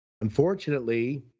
Unfortunately